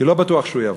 כי לא בטוח שהוא יעבור.